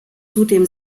zudem